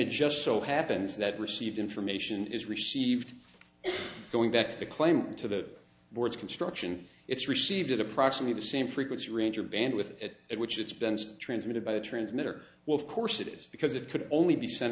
it just so happens that received information is received going back to the claim to the board's construction it's received at approximately the same frequency range or band with it at which it's been transmitted by a transmitter will of course it is because it could only be sent